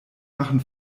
machen